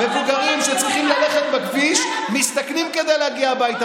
מבוגרים שצריכים ללכת בכביש מסתכנים כדי להגיע הביתה